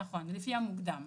נכון, לפי המוקדם.